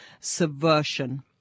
subversion